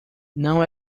não